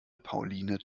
pauline